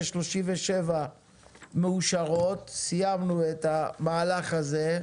36, 37 אושרו סיימנו את המהלך הזה.